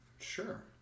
sure